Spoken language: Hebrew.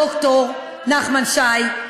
ד"ר נחמן שי,